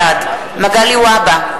בעד מגלי והבה,